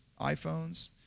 iPhones